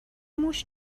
موش